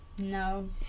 No